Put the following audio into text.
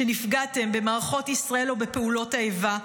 שנפגעתם במערכות ישראל או בפעולות איבה,